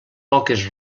poques